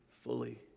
fully